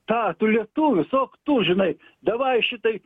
tą tu lietuvis ok tu žinai davai šitai